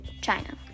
china